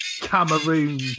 Cameroon